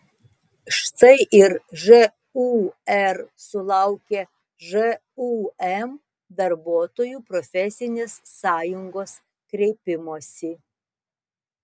štai ir žūr sulaukė žūm darbuotojų profesinės sąjungos kreipimosi